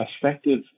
Effective